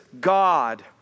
God